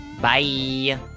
Bye